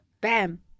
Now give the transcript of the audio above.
Bam